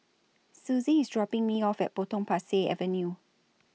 Susie IS dropping Me off At Potong Pasir Avenue